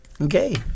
Okay